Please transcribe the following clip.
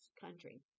country